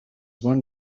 one